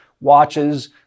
watches